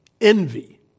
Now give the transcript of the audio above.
envy